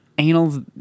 anal